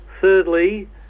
Thirdly